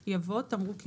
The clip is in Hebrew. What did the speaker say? יבוא: "תמרוק ייחוס"